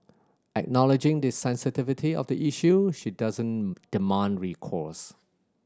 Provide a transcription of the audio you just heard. acknowledging the sensitivity of the issue she doesn't demand recourse